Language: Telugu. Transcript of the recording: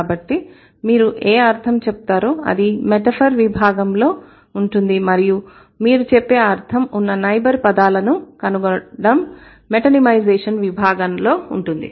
కాబట్టి మీరు ఏ అర్థంతో చెపుతారో అది మెటాఫర్ విభాగంలో ఉంటుంది మరియు మీరు చెప్పేఅర్థం ఉన్న నైబర్ పదాలను కనుగొనడం మెటోనిమైజేషన్ విభాగంలో ఉంటుంది